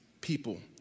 people